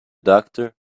doctor